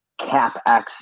CapEx